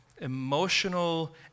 emotional